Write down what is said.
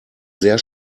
sehr